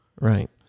Right